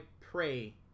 pray